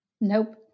Nope